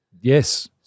Yes